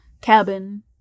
cabin